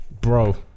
Bro